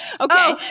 okay